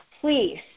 please